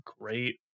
great